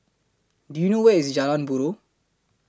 Do YOU know Where IS Jalan Buroh